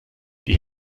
die